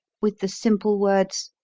with the simple words,